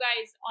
guys